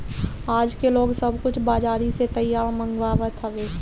आजके लोग सब कुछ बजारी से तैयार मंगवात हवे